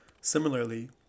Similarly